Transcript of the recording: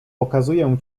pokazuję